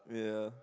yeah